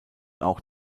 auch